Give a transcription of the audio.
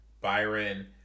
Byron